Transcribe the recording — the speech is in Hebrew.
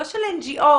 לא של NGO'S,